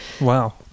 Wow